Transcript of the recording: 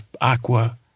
aqua